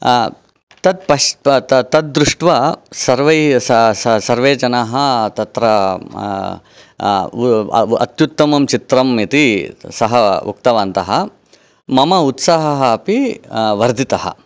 तत् पश् तत् दृष्ट्वा सर्वै सर्वे जनाः तत्र अत्युत्तमं चित्रम् इति सः उक्तवन्तः मम उत्साहः अपि वर्धितः